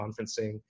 conferencing